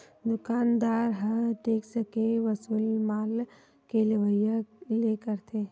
दुकानदार ह टेक्स के वसूली माल के लेवइया ले करथे